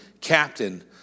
captain